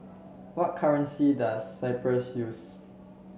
what currency does Cyprus use